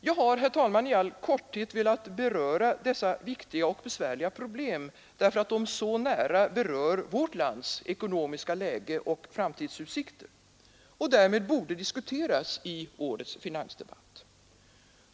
Jag har, herr talman, i all korthet velat beröra dessa viktiga och besvärliga problem, därför att de så nära berör vårt lands ekonomiska läge och framtidsutsikter och därför borde diskuteras i årets finansdebatt.